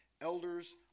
Elders